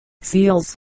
Seals